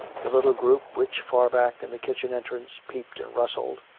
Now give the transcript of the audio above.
the little group which, far back in the kitchen entrance, peeped and rustled,